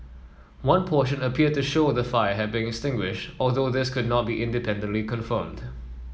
one portion appeared to show the fire had been extinguished although this could not be independently confirmed